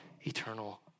eternal